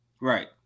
Right